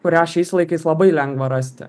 kurią šiais laikais labai lengva rasti